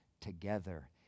together